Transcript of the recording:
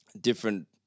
different